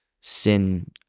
sin